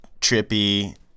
trippy